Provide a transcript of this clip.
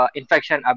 infection